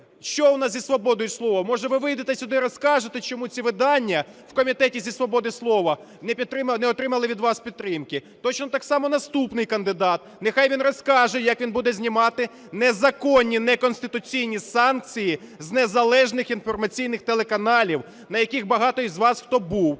Що у нас з свободою слова? Може ви вийдете сюди, розкажете, чому ці видання у Комітеті зі свободи слова не отримали від вас підтримки. Точно так само наступний кандидат, нехай він розкаже, як він буде знімати незаконні, неконституційні санкції з незалежних інформаційних телеканалів, на яких багато із вас хто був.